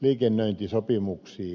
liikennöintisopimuksiin